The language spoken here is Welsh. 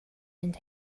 mynd